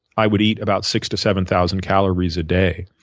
i would eat about six to seven thousand calories a day.